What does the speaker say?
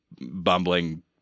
bumbling